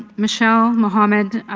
michelle, mohamed,